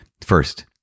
First